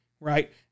right